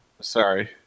sorry